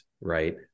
right